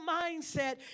mindset